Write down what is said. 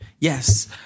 yes